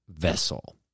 vessel